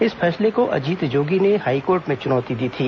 इस फैसले को अजीत जोगी ने हाईकोर्ट में चुनौती दी थी